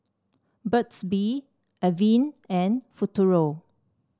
Burt's Bee Avene and Futuro